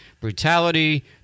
brutality